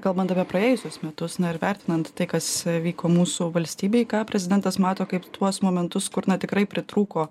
kalbant apie praėjusius metus na ir vertinant tai kas vyko mūsų valstybėj ką prezidentas mato kaip tuos momentus kur na tikrai pritrūko